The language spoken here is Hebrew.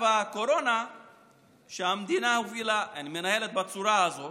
הקורונה שהמדינה מנהלת בצורה הזאת